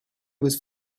was